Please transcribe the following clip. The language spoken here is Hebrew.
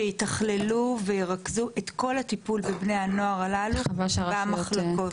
שייכללו וירכזו את כל הטיפול בבני הנוער הללו במחלקות החברתיים.